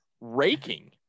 raking